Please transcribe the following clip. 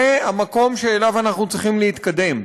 זה המקום שאליו אנחנו צריכים להתקדם.